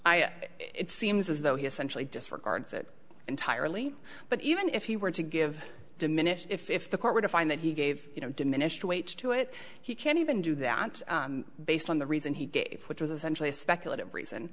i it seems as though he essentially disregards it entirely but even if he were to give diminish if the court were to find that he gave you know diminished weight to it he can't even do that based on the reason he gave which was essentially a speculative reason